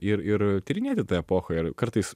ir ir tyrinėti tą epochą ir kartais